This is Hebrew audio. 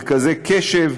מרכזי קשב,